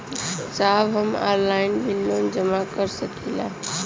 साहब हम ऑनलाइन भी लोन जमा कर सकीला?